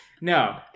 no